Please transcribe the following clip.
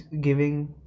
giving